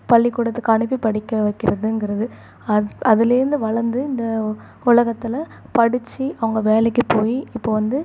பள்ளிக்கூடத்துக்கு அனுப்பி படிக்க வைக்கிறதுங்கிறது அத் அதுலேருந்து வளர்ந்து இந்த உலகத்தில் படித்து அவங்க வேலைக்கு போய் இப்போது வந்து